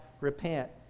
repent